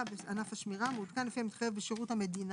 ערך שעה לעובד שמירה שמועסק 6 ימים בשבוע (באחוזים/שקלים חדשים)